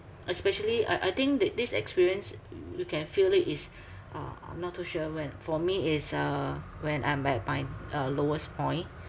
especially I I think that this experience you can feel it is uh I'm not too sure when for me is uh when I'm at my uh lowest point